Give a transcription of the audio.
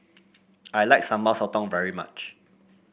I like Sambal Sotong very much